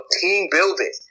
team-building